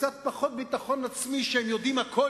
וקצת פחות ביטחון עצמי שהם יודעים הכול